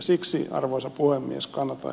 siksi arvoisa puhemies kannatan